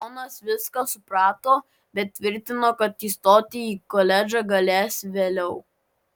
ronas viską suprato bet tvirtino kad įstoti į koledžą galės vėliau